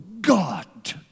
God